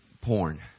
porn